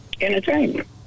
Entertainment